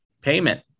payment